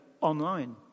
online